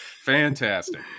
Fantastic